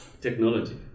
Technology